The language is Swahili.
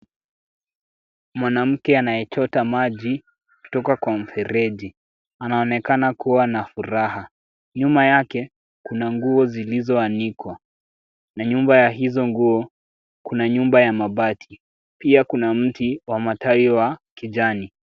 Mwanamke anayechota maji kutoka kwa mfereji anaonekana kua na furaha. Nyuma yake kuna nguo zilizoanikwa na nyuma ya hizo nguo kuna nyumba ya mabati, pia kuna mti wa matawi wa kijani.